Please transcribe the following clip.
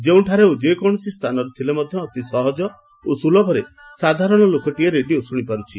ଯେଉଁଠାରେ ଓ ଯେକୌଣସି ସ୍ଥାନରେ ଥିଲେ ମଧ୍ଧ ଅତି ସହକ ଓ ସ୍ବଲଭରେ ସାଧାରଣ ଲୋକଟି ରେଡିଓ ଶ୍ବଶିପାରୁଛି